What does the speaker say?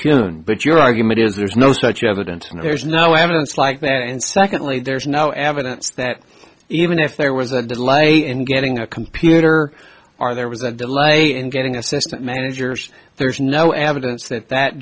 june but your argument is there's no such evidence and there's no evidence like that and secondly there's no evidence that even if there was a delay in getting a computer are there was a delay in getting assistant managers there's no evidence that that